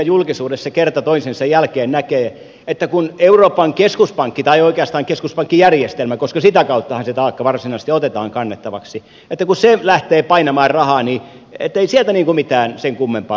julkisuudessa kerta toisensa jälkeen näkee ajatuksen siitä että kun euroopan keskuspankki tai oikeastaan keskuspankkijärjestelmä koska sitä kauttahan se taakka varsinaisesti otetaan kannettavaksi lähtee painamaan rahaa ei sieltä mitään sen kummempaa seuraa jnp